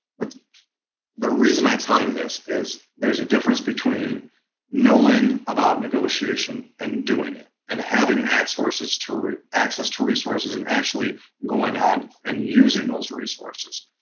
but the reason i tell you this is there's a difference between knowing about negotiation and doing it and having x forces to access to resources and actually going on and using those resources.